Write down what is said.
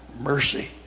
mercy